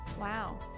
Wow